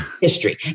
history